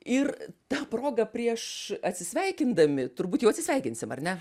ir ta proga prieš atsisveikindami turbūt jau atsisveikinsim ar ne